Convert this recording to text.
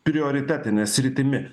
prioritetine sritimi